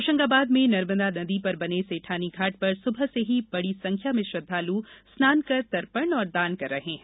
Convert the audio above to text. होशंगाबाद में नर्मदा नदी पर बने सेठानी घाट पर सुबह से ही बड़ी संख्या में श्रद्वालु स्नान कर तर्पण और दान कर रहे है